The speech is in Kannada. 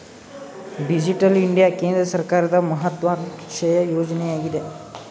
ಡಿಜಿಟಲ್ ಇಂಡಿಯಾ ಕೇಂದ್ರ ಸರ್ಕಾರದ ಮಹತ್ವಾಕಾಂಕ್ಷೆಯ ಯೋಜನೆಯಗಿದೆ